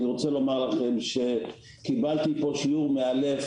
אני רוצה לומר לכם שקיבלתי פה שיעור מעלף